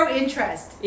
interest